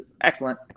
excellent